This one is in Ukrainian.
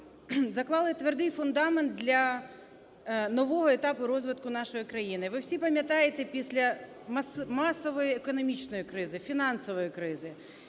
заклали твердий фундамент для нового етапу розвитку нашої країни. Ви всі пам'ятаєте, після масової економічної кризи, фінансової кризи,